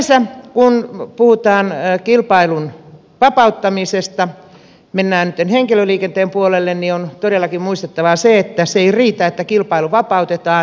sinänsä kun puhutaan kilpailun vapauttamisesta mennään nyt henkilöliikenteen puolelle on todellakin muistettava se että se ei riitä että kilpailu vapautetaan